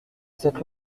cette